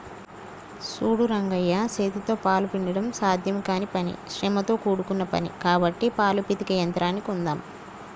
సూడు రంగయ్య సేతితో పాలు పిండడం సాధ్యం కానీ పని శ్రమతో కూడుకున్న పని కాబట్టి పాలు పితికే యంత్రాన్ని కొందామ్